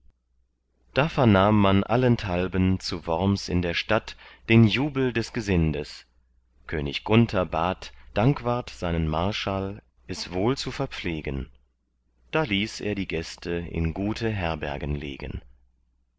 da vernahm man allenthalben zu worms in der stadt den jubel des gesindes könig gunther bat dankwart seinen marschall es wohl zu verpflegen da ließ er die gäste in gute herbergen legen